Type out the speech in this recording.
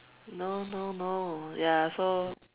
no no no ya so